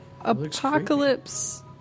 Apocalypse